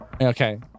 Okay